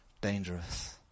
dangerous